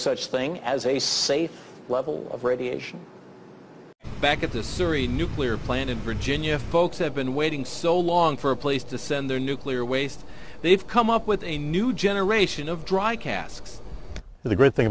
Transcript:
such thing as a safe level of radiation back at this story nuclear plant in virginia folks have been waiting so long for a place to send their nuclear waste they've come up with a new generation of dry casks the great thing